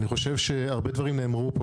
הרבה דברים נאמרו פה,